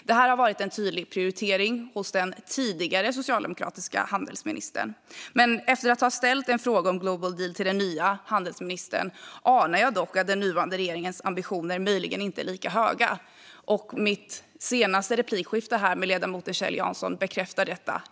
Det här var en tydlig prioritering hos den tidigare socialdemokratiska handelsministern. Men efter att ha ställt en fråga om Global Deal till den nya handelsministern anar jag dock att den nuvarande regeringens ambitioner inte är lika höga. Mitt senaste replikskifte här med ledamoten Kjell Jansson bekräftar detta.